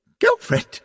Girlfriend